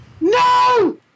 No